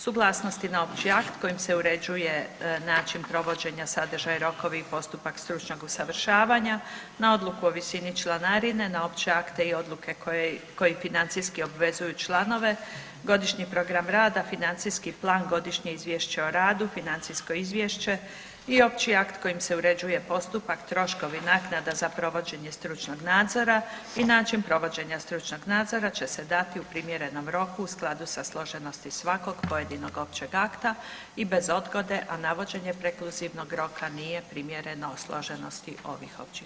Suglasnost na opći akt kojim se uređuje način provođenja, sadržaj, rokovi i postupak stručnog usavršavanja, na odluku o visini članarine, na opće akte i odluke koje financijski obvezuju članove, godišnji program rada, financijski plan, godišnje izvješće o radu, financijsko izvješće i opći akt kojim se uređuje postupak, troškovi, naknada za provođenje stručnog nadzora i način provođenja stručnog nadzora će se dati u primjerenom roku u skladu sa složenosti svakog pojedinog općeg akta i bez odgode, a navođenje prekluzivnog roka nije primjereno složenosti ovih općih akata.